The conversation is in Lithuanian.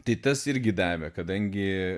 tai tas irgi davė kadangi